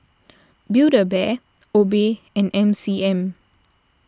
Build A Bear Obey and M C M